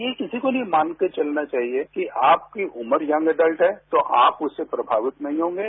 ये किसी को नहीं मानकर चलना चाहिए कि आपकी उम्र यंग एडल्ट है तो आप उससे प्रभावित नहीं होंगे